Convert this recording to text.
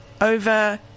Over